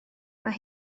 mae